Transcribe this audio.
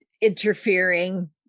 interfering